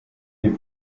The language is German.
die